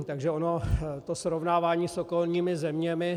Takže ono to srovnávání s okolními zeměmi...